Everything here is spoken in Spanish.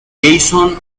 jason